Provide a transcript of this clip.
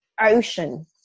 ocean